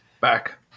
Back